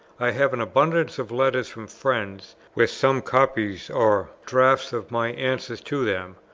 i have an abundance of letters from friends with some copies or drafts of my answers to them,